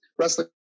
wrestling